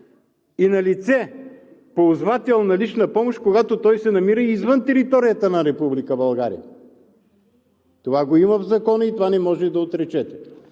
и на лице, ползвател на лична помощ, когато той се намира и извън територията Република България. Това го има в Закона и това не може да отречете,